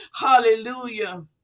Hallelujah